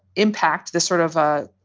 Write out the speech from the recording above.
impact, this sort of ah